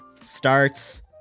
starts